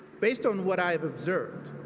based on what i have observed,